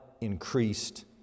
increased